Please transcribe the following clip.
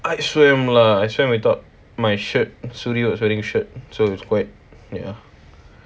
I swam lah I swam I thought my shirt sorry was wearing shirt so it's quite ya